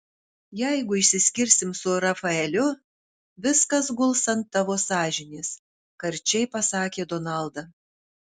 jeigu išsiskirsim su rafaeliu viskas guls ant tavo sąžinės karčiai pasakė donalda